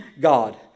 God